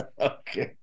Okay